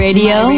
Radio